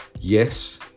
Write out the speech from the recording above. yes